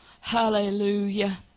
Hallelujah